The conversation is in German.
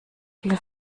viel